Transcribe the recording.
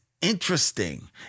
interesting